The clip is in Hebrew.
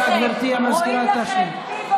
רואים לכם,